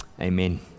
Amen